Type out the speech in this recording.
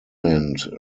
manned